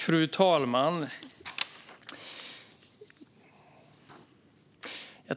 Fru talman!